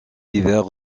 divers